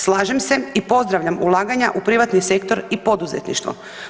Slažem se i pozdravljam ulaganja u privatni sektor i poduzetništvo.